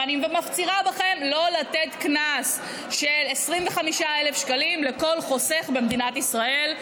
ואני מפצירה בכם לא לתת קנס של 25,000 שקלים לכל חוסך במדינת ישראל,